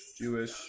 Jewish